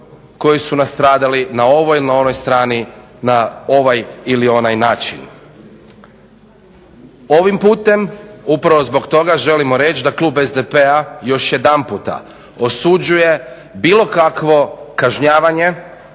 koji su nastradali na ovoj ili na onoj strani na ovaj ili onaj način. Ovim putem upravo zbog toga želimo reći da klub SDP-a još jedanputa osuđuje bilo kakvo kažnjavanje,